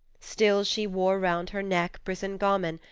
still she wore round her neck brisingamen,